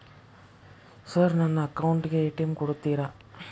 Sir ನನ್ನ account ಗೆ ATM ಕೊಡುತ್ತೇರಾ?